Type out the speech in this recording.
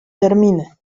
terminy